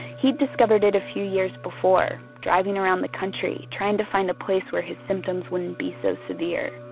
he'd discovered it a few years before, driving around the country, trying to find a place where his symptoms wouldn't be so severe.